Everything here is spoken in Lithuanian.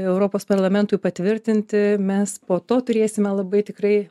europos parlamentui patvirtinti mes po to turėsime labai tikrai